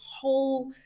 whole